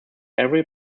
every